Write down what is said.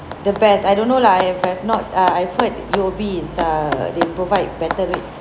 the best I don't know lah if I have not err I've heard U_O_B is err they provide better rates